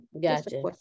Gotcha